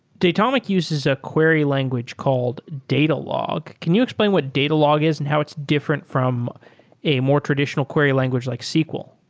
datomic uses a query language called datalog. can you explain what datalog is and how it's different from a more traditional query language like sql?